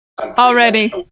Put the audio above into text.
already